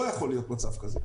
לא יכול להיות מצב כזה.